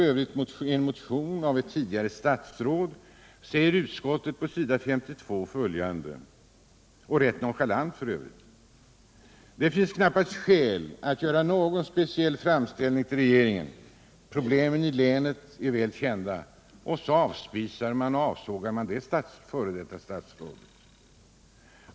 ö. en motion av ett tidigare statsråd — säger utskottet på s. 32 i betänkandet rätt nonchalant följande: ”Det finns knappast skäl att göra någon speciell framställning till regeringen om problemen i länet. Dessa är redan väl kända.” Så avspisar och avsågar man det f. d. statsrådet.